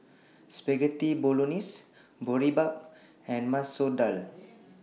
Spaghetti Bolognese Boribap and Masoor Dal